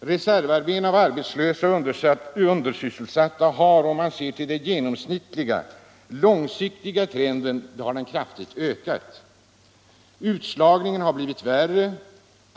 Reservarmén av arbetslösa och undersysselsatta har, om man ser till den genomsnittliga, långsiktiga trenden, kraftigt ökat. Utslagningen har blivit värre.